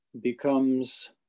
becomes